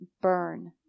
burn